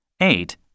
Eight